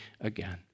again